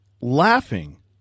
laughing